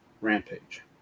Rampage